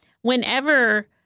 Whenever